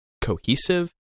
cohesive